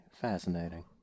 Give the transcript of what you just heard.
Fascinating